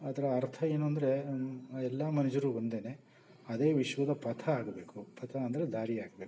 ಅದರ ಅರ್ಥ ಏನಂದ್ರೆ ಎಲ್ಲ ಮನುಜರು ಒಂದೇನೇ ಅದೇ ವಿಶ್ವದ ಪಥ ಆಗಬೇಕು ಪಥ ಅಂದರೆ ದಾರಿ ಆಗಬೇಕು